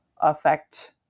affect